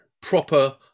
proper